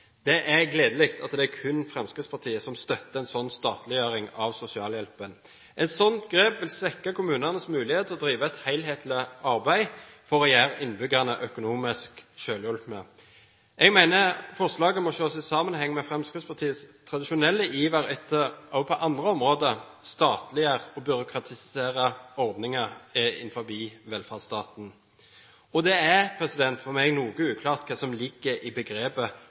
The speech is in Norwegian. Det er gledelig at det kun er Fremskrittspartiet som støtter en slik statliggjøring av sosialhjelpen. Et slikt grep vil svekke kommunenes mulighet til å drive et helhetlig arbeid for å gjøre innbyggerne økonomisk selvhjulpne. Jeg mener forslaget må ses i sammenheng med Fremskrittspartiets tradisjonelle iver etter, også på andre områder, å statliggjøre og byråkratisere ordninger innenfor velferdsstaten. Det er for meg noe uklart hva som ligger i begrepet